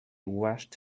washed